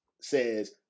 says